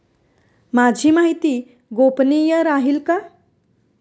माझी माहिती गोपनीय राहील का?